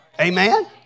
Amen